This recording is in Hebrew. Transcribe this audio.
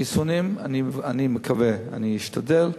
חיסונים, אני מקווה, אני אשתדל.